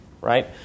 right